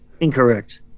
incorrect